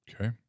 Okay